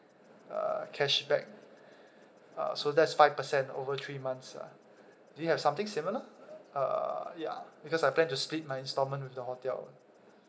uh cashback uh so that's five percent over three months ah do you have something similar uh ya because I plan to split my installment with the hotel